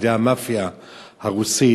על-ידי המאפיה הרוסית,